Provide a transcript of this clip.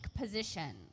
position